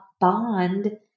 bond